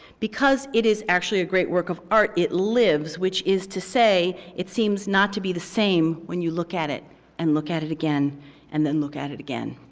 because it is actually a great work of art, it lives, which is to say it seems not to be the same when you look at it and look at it again and then look at it again.